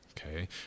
okay